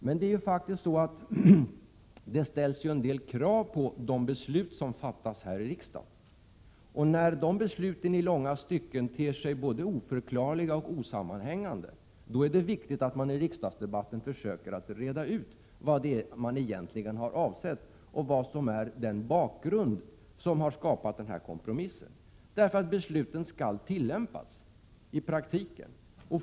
Men det ställs en del krav på de beslut som fattas här i riksdagen. När de besluten i långa stycken ter sig både oförklarliga och osammanhängande, är det viktigt att man i riksdagsdebatten reder ut vad man egentligen har avsett och vad som är bakgrunden till den kompromiss som har gjorts. Besluten skall ju 51 tillämpas i praktiken.